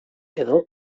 edo